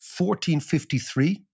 1453